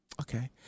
Okay